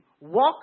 Walk